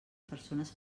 persones